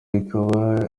ikaba